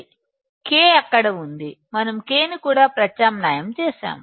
K అక్కడ ఉంది మనం K ని కూడా ప్రత్యామ్నాయం చేసాము